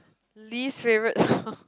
least favourite